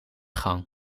gang